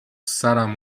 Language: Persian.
سرم